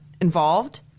involved